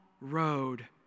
road